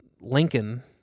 Lincoln